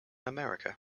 america